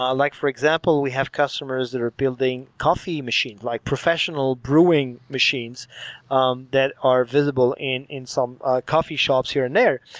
ah like for example, we have customers that are building coffee machines, like professional brewing machines um that are visible in in some coffee shops here and there.